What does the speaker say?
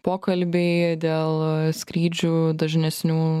pokalbiai dėl skrydžių dažnesnių